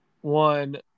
one